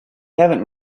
haven’t